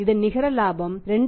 இதன் நிகர இலாபம் 2600